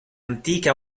antiche